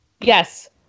Yes